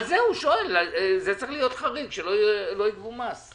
על זה הוא שואל, זה צריך להיות חריג, שלא יגבו מס.